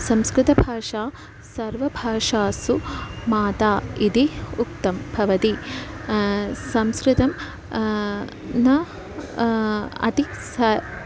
संस्कृतभाषा सर्वभाषासु माता इति उक्तं भवति संस्कृतं न अति सरलम्